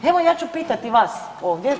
Evo ja ću pitati vas ovdje.